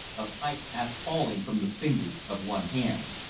a pipe half falling from the fingers of one hand.